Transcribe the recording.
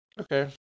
Okay